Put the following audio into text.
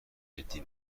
جدی